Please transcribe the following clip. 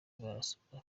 barasabwa